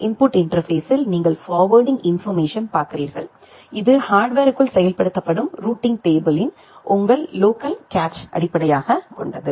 input இன்டர்பேஸ்ஸில் நீங்கள் forwarding information பார்க்கிறீர்கள் இது ஹார்ட்வேர்க்குள் செயல்படுத்தப்படும் ரூட்டிங் டேபிளின் உங்கள் லோக்கல் கேசீ அடிப்படையாகக் கொண்டது